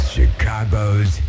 Chicago's